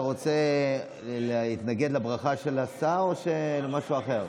אתה רוצה להתנגד לברכה של השר או למשהו אחר?